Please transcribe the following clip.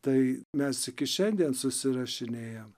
tai mes iki šiandien susirašinėjam